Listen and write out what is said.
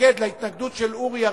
התש"ע 2010,